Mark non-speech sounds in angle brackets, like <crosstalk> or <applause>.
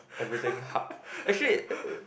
everything hub actually <noise>